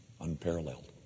unparalleled